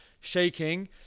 shaking